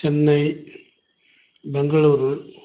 Chennai Bangalore